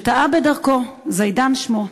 שטעה בדרכו, זידאן שמו.